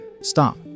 Stop